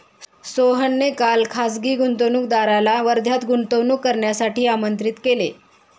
सोहनने काल खासगी गुंतवणूकदाराला वर्ध्यात गुंतवणूक करण्यासाठी आमंत्रित केले